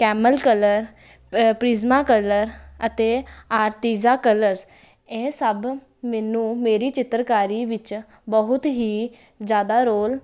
Camel colour Prismacolor ਅਤੇ ਆਰਤੀਜਾ colours ਇਹ ਸਭ ਮੈਨੂੰ ਮੇਰੀ ਚਿੱਤਰਕਾਰੀ ਵਿੱਚ ਬਹੁਤ ਹੀ ਜ਼ਿਆਦਾ ਰੋਲ